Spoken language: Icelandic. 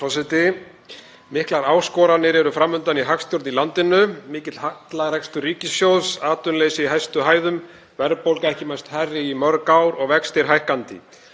Miklar áskoranir eru fram undan í hagstjórn í landinu. Mikill hallarekstur ríkissjóðs, atvinnuleysi í hæstu hæðum, verðbólga hefur ekki mælst hærri í mörg ár og vextir fara hækkandi.